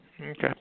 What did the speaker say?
Okay